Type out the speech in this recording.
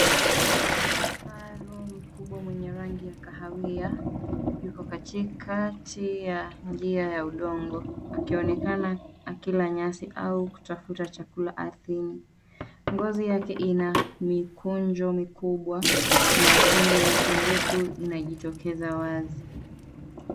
Kifaru mkubwa mwenye rangi ya kahawia yuko katikati ya njia ya udongo akionekana akila nyasi au kutafuta chakula ardhini. Ngozi yake ina mikunjo mikubwa na pembe yake ndefu inajitokeza wazi.